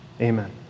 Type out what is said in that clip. Amen